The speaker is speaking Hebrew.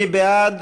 מי בעד?